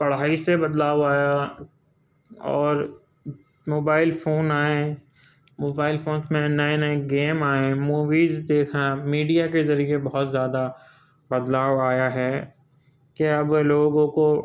پڑھائی سے بدلاؤ آیا اور موبائل فون آئیں موبائل فونز میں نئے نئے گیم آئے موویز دیکھنا میڈیا کے ذریعے بہت زیادہ بدلاؤ آیا ہے کہ اب لوگوں کو